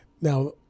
Now